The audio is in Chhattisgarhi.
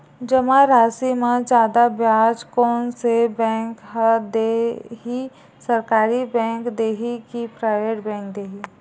जमा राशि म जादा ब्याज कोन से बैंक ह दे ही, सरकारी बैंक दे हि कि प्राइवेट बैंक देहि?